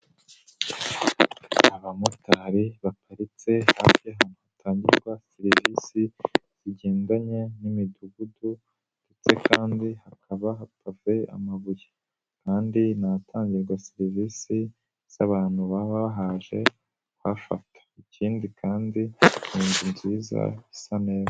Abamotari baparitse hafi ahantu hatangirwa serivisi zigendanye n'imidugudu ndetse kandi hakaba hapave amabuye, kandi n'atangirwa serivisi z'abantu baba bahaje kuhafata, ikindi kandi ni inziza isa neza.